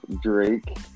Drake